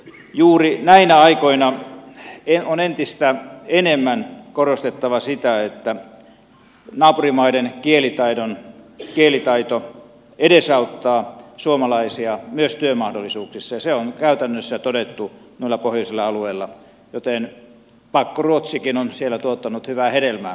juuri näinä aikoina on entistä enemmän korostettava sitä että naapurimaiden kielitaito edesauttaa suomalaisia myös työmahdollisuuksissa ja se on käytännössä todettu noilla pohjoisilla alueilla joten pakkoruotsikin on siellä tuottanut hyvää hedelmää